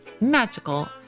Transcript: magical